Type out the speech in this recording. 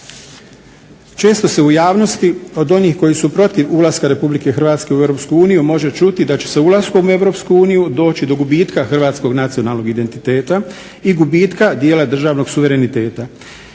Često se u javnosti od onih koji su protiv ulaska Republike Hrvatske u Europsku uniju može čuti da će se ulaskom u Europsku uniju doći do gubitka hrvatskog nacionalnog identiteta i gubitka dijela državnog suvereniteta.